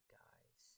guys